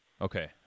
Okay